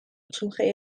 samsung